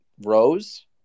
rose